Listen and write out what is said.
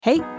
Hey